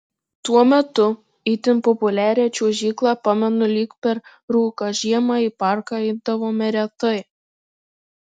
tuo metu itin populiarią čiuožyklą pamenu lyg per rūką žiemą į parką eidavome retai